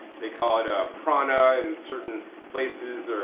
they call it ah prana in certain places,